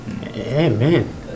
Amen